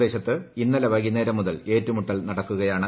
പ്രദേശത്ത് ഇന്നലെ വൈകുന്നേരം മുതൽ ഏറ്റുമുട്ടൽ നടക്കുകയാണ്